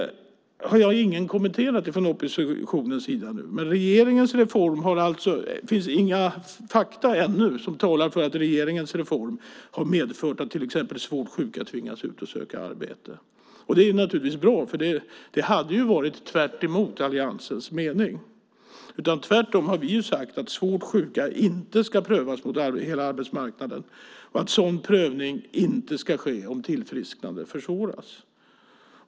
Ingen från oppositionen har kommenterat det. Det finns ännu inga fakta som talar för att regeringens reform har medfört att till exempel svårt sjuka tvingas ut för att söka arbete. Det är naturligtvis bra eftersom det hade varit tvärtemot alliansens mening. Vi har sagt att svårt sjuka inte ska prövas mot hela arbetsmarknaden och att sådan prövning inte ska ske om tillfrisknandet försvåras.